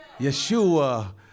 yeshua